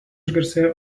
išgarsėjo